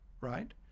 Right